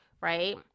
right